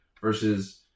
versus